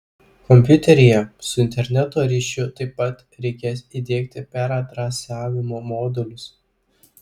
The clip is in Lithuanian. kompiuteryje su interneto ryšiu taip pat reikės įdiegti peradresavimo modulius